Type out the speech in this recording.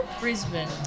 Brisbane